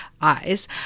eyes